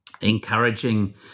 encouraging